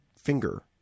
finger